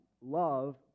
Love